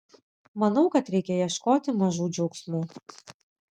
manau kad reikia ieškoti mažų džiaugsmų